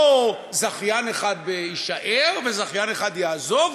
או זכיין אחד יישאר וזכיין אחד יעזוב?